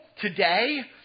today